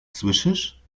słyszysz